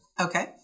okay